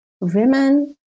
women